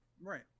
Right